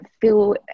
feel